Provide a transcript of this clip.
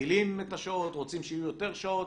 מגדילים את השעות, רוצים שיהיו יותר שעות.